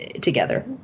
together